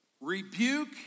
rebuke